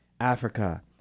Africa